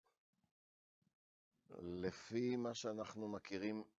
לפי מה שאנחנו מכירים